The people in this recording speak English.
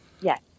Yes